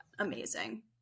amazing